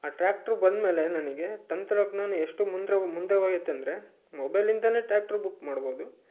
ಆ ಟ್ರ್ಯಾಕ್ಟ್ರು ಬಂದ ಮೇಲೆ ನನಗೆ ತಂತ್ರಜ್ಞಾನ ಎಷ್ಟು ಮುಂದೆ ಮುಂದೆ ಹೋಗೈತೆ ಅಂದರೆ ಮೊಬೈಲಿಂದಲೇ ಟ್ರ್ಯಾಕ್ಟ್ರು ಬುಕ್ ಮಾಡ್ಬೋದು